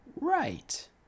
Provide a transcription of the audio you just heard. Right